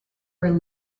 were